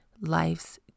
life's